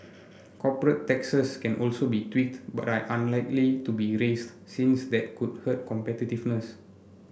corporate taxes can also be tweaked but are unlikely to be raised since that could hurt competitiveness